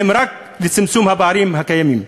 והם רק לצמצום הפערים הקיימים.